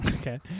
Okay